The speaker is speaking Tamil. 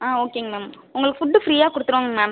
ஆ ஓகேங்க மேம் உங்களுக்கு ஃபுட்டு ஃப்ரீயாக கொடுத்துருவோங்க மேம்